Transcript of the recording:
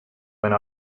went